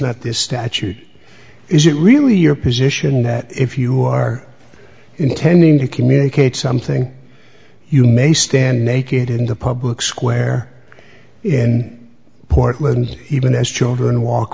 not this statute is it really your position that if you are intending to communicate something you may stand naked in the public square in portland even as children walk